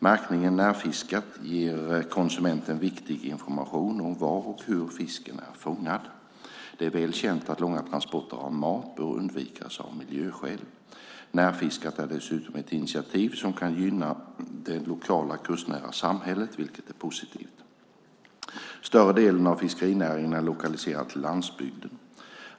Märkningen Närfiskat ger konsumenten viktig information om var och hur fisken är fångad. Det är väl känt att långa transporter av mat bör undvikas av miljöskäl. Närfiskat är dessutom ett initiativ som kan gynna det lokala kustnära samhället, vilket är positivt. Större delen av fiskerinäringen är lokaliserad till landsbygden.